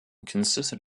consisted